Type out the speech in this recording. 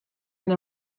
and